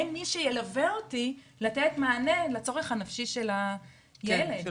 אין מי שילווה אותי לתת מענה לצורך הנפשי של הילד.